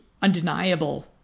Undeniable